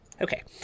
Okay